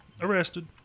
Arrested